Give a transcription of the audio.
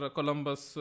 Columbus